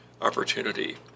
opportunity